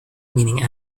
meaning